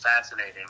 fascinating